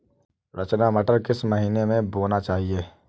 रचना मटर किस महीना में बोना चाहिए?